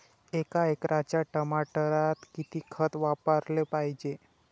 एका एकराच्या टमाटरात किती खत वापराले पायजे?